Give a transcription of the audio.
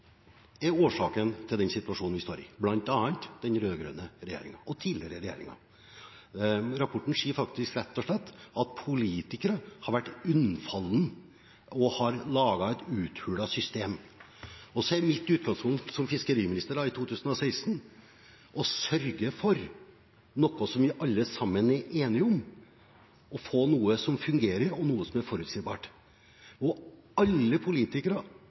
er årsaken til den situasjonen vi står i, bl.a. den rød-grønne regjeringen – og tidligere regjeringer. Rapporten sier faktisk rett og slett at politikere har vært unnfalne og har laget et uthulet system. Så er mitt utgangspunkt som fiskeriminister i 2016 å sørge for noe som vi alle sammen er enige om, å få noe som fungerer, og noe som er forutsigbart. Alle politikere og alle